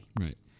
right